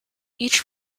each